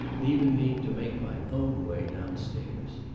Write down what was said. leaving me to make my own way downstairs.